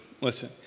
Listen